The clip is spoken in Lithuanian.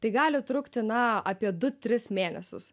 tai gali trukti na apie du tris mėnesius